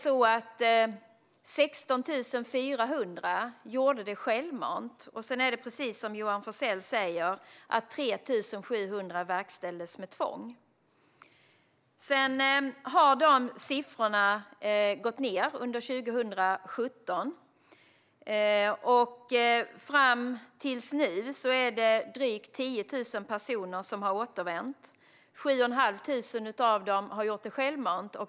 16 400 gjorde det självmant. Precis som Johan Forssell säger var det 3 700 ärenden som verkställdes med tvång. Under 2017 har siffrorna gått ned. Fram till nu är det drygt 10 000 personer som har återvänt. 7 500 av dem har gjort det självmant.